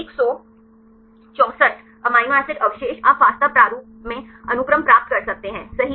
164 amino acid अवशेष आप FASTA प्रारूप में अनुक्रम प्राप्त कर सकते हैं सही